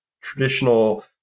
traditional